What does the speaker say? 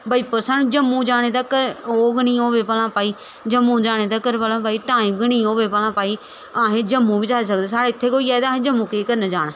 बजीपुर सानूं जम्मू जाने तकर ओह् गै न होऐ भला भाई जम्मू जाने तगर भला भाई टाईम गै निं होऐ भला भाई अस जम्मू बी जाई सकदे साढ़े इत्थै गै होई जाए ते अस जम्मू केह् करन जाना